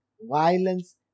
violence